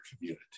community